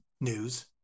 news